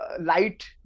light